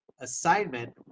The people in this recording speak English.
assignment